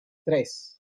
tres